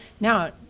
now